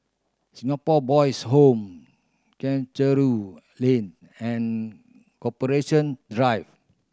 Singapore Boys' Home Chencharu Lane and Corporation Drive